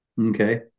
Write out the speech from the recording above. Okay